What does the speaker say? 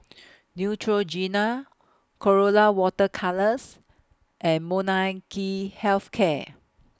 Neutrogena Colora Water Colours and Molnylcke Health Care